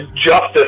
justice